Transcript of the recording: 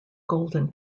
golden